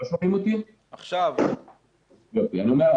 אני אומר,